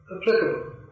applicable